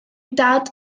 dad